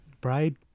Bride